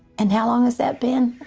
and how long has that been?